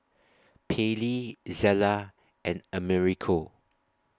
Pallie Zela and Americo